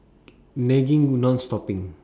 nagging non stopping